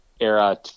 era